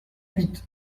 huit